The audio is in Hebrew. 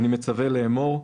אני מצווה לאמור: